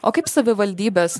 o kaip savivaldybės